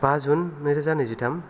बा जुन नै रोजा नैजिथाम